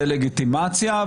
על דה-לגיטימציה,